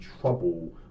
trouble